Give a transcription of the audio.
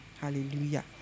hallelujah